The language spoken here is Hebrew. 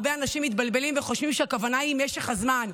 הרבה אנשים מתבלבלים וחושבים שהכוונה היא משך הזמן,